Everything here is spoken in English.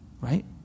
right